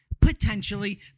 potentially